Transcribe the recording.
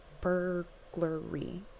burglary